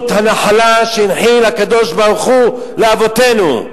הנחלה שהנחיל הקדוש-ברוך-הוא לאבותינו.